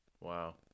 Wow